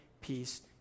peace